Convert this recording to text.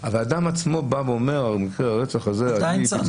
האדם עצמו בא ואומר שאת מקרה הרצח הזה הוא עשה.